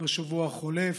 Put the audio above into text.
בשבוע החולף,